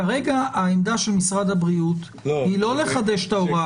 כרגע העמדה של משרד הבריאות היא לא לחדש את ההוראה הזו.